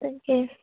তাকে